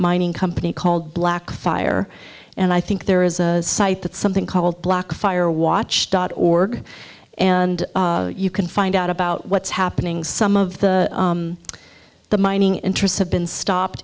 mining company called black fire and i think there is a site that something called black fire watch dot org and you can find out about what's happening some of the the mining interests have been stopped